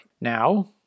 Now